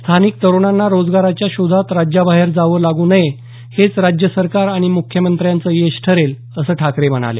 स्थानिक तरुणांना रोजगाराच्या शोधात राज्याबाहेर जावं लागू नये हेच राज्य सरकार आणि मुख्यमंत्र्यांचं यश ठरेल असं ठाकरे म्हणाले